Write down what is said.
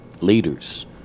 leaders